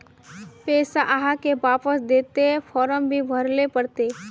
पैसा आहाँ के वापस दबे ते फारम भी भरें ले पड़ते?